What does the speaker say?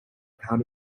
pound